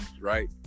right